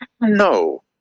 No